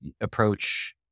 approach